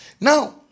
Now